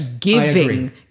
giving